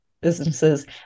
businesses